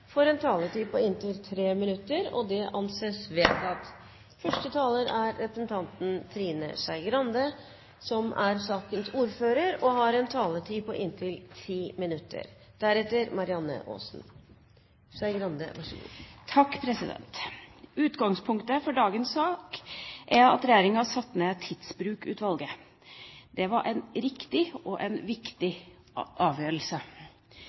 får en taletid på inntil 3 minutter. – Det anses vedtatt. Utgangspunktet for dagens sak er at regjeringa satte ned Tidsbrukutvalget. Det var en riktig og